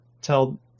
tell